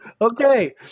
Okay